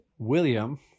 William